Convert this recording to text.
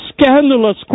scandalous